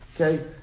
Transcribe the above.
okay